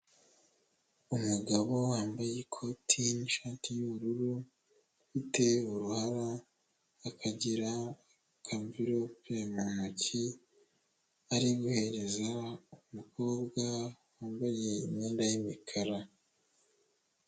Umugabo wambaye ikoti n'ishati y'ubururu afite uruhara akagira akamvirope mu ntoki ari guhereza umukobwa wambaye imyenda y'imikara.